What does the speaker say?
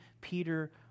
Peter